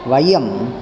वयं